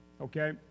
okay